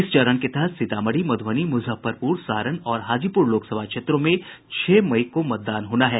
इस चरण के तहत सीतामढ़ी मध्रबनी मुजफ्फरपुर सारण और हाजीपुर लोकसभा क्षेत्रों में छह मई को मतदान होना है